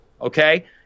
okay